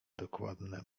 dokładne